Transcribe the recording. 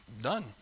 Done